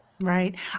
Right